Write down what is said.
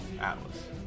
Atlas